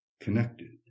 connected